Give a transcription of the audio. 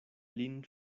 lin